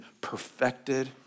perfected